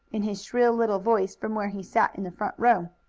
in his shrill little voice, from where he sat in the front row.